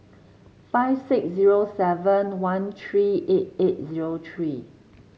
five six zero seven one three eight eight zero three